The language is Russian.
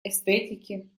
эстетики